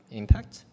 impact